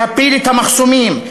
להפיל את המחסומים,